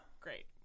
Great